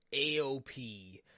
AOP